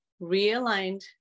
realigned